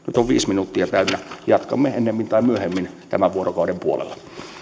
on viisi minuuttia täynnä jatkamme ennemmin tai myöhemmin tämän vuorokauden puolella